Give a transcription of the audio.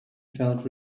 felt